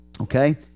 Okay